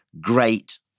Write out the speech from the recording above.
great